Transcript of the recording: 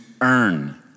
earn